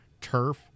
turf